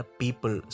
people